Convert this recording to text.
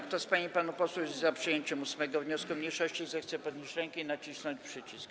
Kto z pań i panów posłów jest za przyjęciem 8. wniosku mniejszości, zechce podnieść rękę i nacisnąć przycisk.